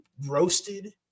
roasted